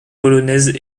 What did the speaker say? polonaises